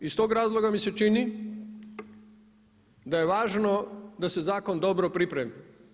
Iz tog razloga mi se čini da je važno da se zakon dobro pripremi.